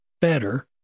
better